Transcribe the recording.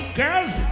girls